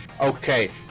okay